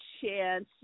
chance